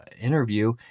interview